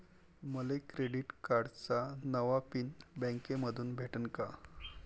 मले क्रेडिट कार्डाचा नवा पिन बँकेमंधून भेटन का?